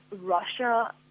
Russia